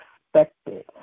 expected